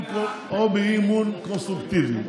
קונסטרוקטיבי.